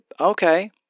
Okay